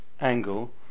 angle